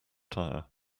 tyre